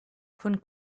von